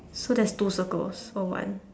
so that's two circles or one